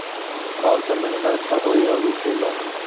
कौन सा महीना अच्छा होइ आलू के ला?